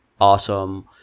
awesome